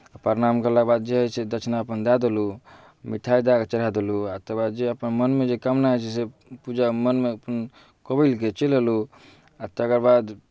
प्रणाम कयलाके बाद जे होइ छै दक्षिणा अपन दए देलहुँ मिठाइ दए कऽ चढ़ाए देलहुँ आ तकर बाद जे अपन मनमे जे कामना होइ छै से पूजा मनमे अपन कबूलके चलि अयलहुँ आ तकर बाद